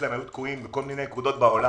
שלהם היו תקועים בכל מיני נקודות בעולם